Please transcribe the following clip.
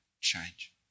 change